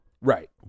Right